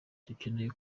ducyeneye